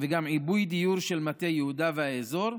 וגם עיבוי דיור של מטה יהודה והאזור,